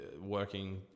working